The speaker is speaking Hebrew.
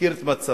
מכיר את מצבם,